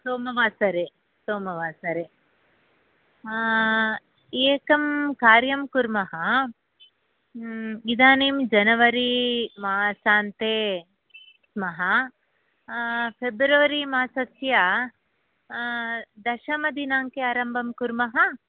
सोमवासरे सोमवासरे एकं कार्यं कुर्मः इदानीं जनवरी मासान्ते स्मः फ़ेब्रवरी मासस्य दशमदिनाङ्के आरम्भं कुर्मः